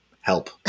help